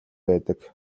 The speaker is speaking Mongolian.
байдаг